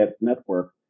network